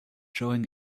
showing